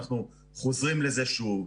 אנחנו חוזרים לזה שוב.